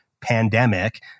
Pandemic